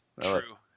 True